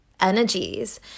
energies